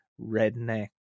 redneck